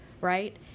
right